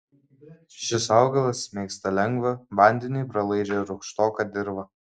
šis augalas mėgsta lengvą vandeniui pralaidžią rūgštoką dirvą